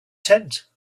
tent